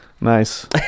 Nice